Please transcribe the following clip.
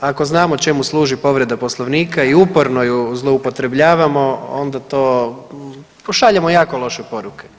Ako znamo čemu služi povreda Poslovnika i uporno ju zloupotrebljavamo onda to pošaljemo jako loše poruke.